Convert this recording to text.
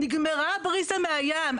נגמרה הבריזה מהים.